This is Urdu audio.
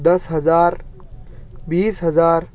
دس ہزار بیس ہزار